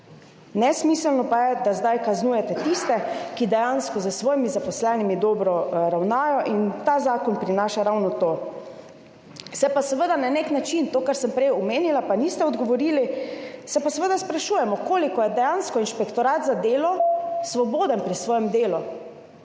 Nesmiselno pa je, da zdaj kaznujete tiste, ki dejansko s svojimi zaposlenimi dobro ravnajo. In ta zakon prinaša ravno to. Se pa seveda na nek način, to kar sem prej omenila, pa niste odgovorili, se pa seveda sprašujemo, koliko je dejansko inšpektorat za delo svoboden pri svojem delu,